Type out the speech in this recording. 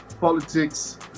politics